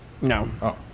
No